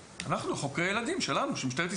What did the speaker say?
אנחנו, חוקרי ילדים שלנו, של משטרת ישראל.